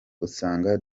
usanga